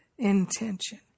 intention